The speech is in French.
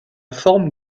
forme